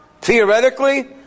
theoretically